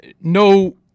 no